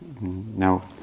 Now